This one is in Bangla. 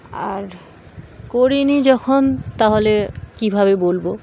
আর করিনি যখন তাহলে কীভাবে বলব